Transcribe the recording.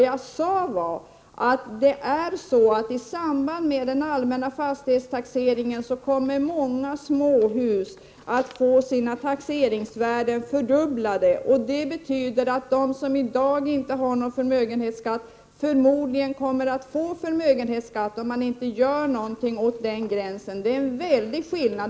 Jag sade att i samband med den allmänna fastighetstaxeringen kommer många småhus att få sina taxeringsvärden fördubblade. Det betyder att de som i dag inte har förmögenhetsskatt förmodligen kommer att få det, om Prot. 1988/89:95 man inte gör någonting åt den gränsen. Det är en väldig skillnad.